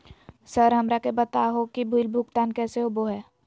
Sir हमरा के बता हो कि बिल भुगतान कैसे होबो है?